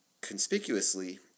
conspicuously